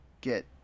get